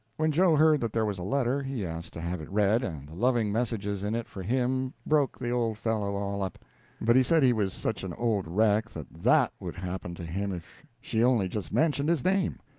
when joe heard that there was a letter, he asked to have it read, and the loving messages in it for him broke the old fellow all up but he said he was such an old wreck that that would happen to him if she only just mentioned his name.